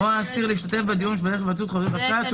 "ביקש העצור או האסיר להשתתף בדיון בדרך של היוועדות חזותית,